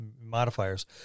modifiers